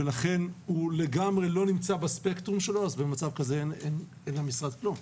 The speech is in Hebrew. ולכן הוא לגמרי לא נמצא בספקטרום שלו במצב כזה אין למשרד כלום.